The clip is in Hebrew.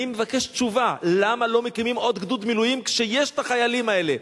אני מבקש תשובה: למה לא מקימים עוד גדוד מילואים כשיש החיילים האלה,